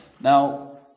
Now